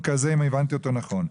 אם הבנתי אותו נכון,